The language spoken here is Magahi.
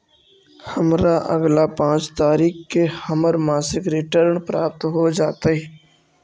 हमरा अगला पाँच तारीख के हमर मासिक रिटर्न प्राप्त हो जातइ